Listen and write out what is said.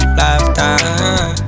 lifetime